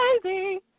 crazy